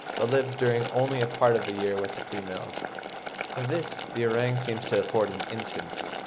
but live during only a part of the year with the females of this the orang seems to afford an instance.